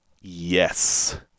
yes